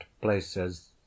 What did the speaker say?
places